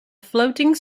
floating